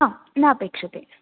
आं नापेक्ष्यते